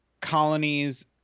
colonies